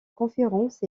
conférence